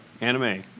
Anime